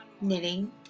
knitting